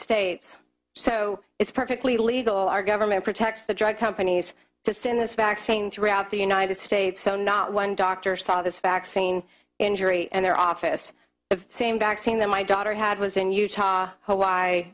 states so it's perfectly legal our government protects the drug companies to send this vaccine throughout the united states so not one doctor saw this vaccine injury and their office the same vaccine that my daughter had was in utah